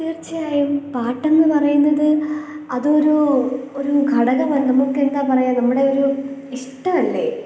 തീർച്ചയായും പാട്ടെന്ന് പറയുന്നത് അതൊരു ഒരു ഘടകമാണ് നമുക്കെന്താ പറയുക നമ്മുടെ ഒരു ഇഷ്ടമല്ലേ